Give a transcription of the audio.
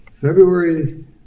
February